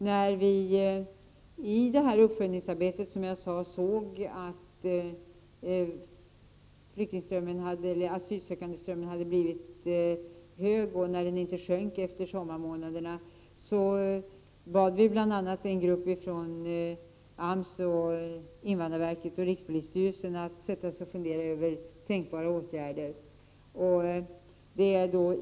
När vi i uppföljningsarbetet såg att asylsökandeströmmen hade blivit stor och inte minskade efter sommarmånaderna bad vi en grupp från AMS, invandrarverket och rikspolisstyrelsen att fundera över tänkbara åtgärder.